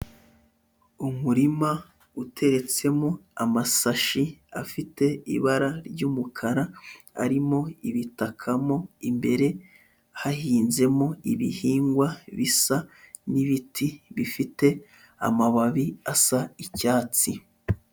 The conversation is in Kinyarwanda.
Umurima uteretsemo amasashi afite ibara ry'umukara arimo ibitaka mo imbere hahinzemo ibihingwa bisa n'ibiti bifite amababi asa icyatsi.